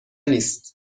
نیست